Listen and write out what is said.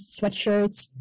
sweatshirts